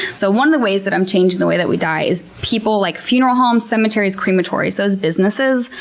so one of the ways that i'm changing the way that we die is, people like funeral homes, cemeteries, crematories, those businesses,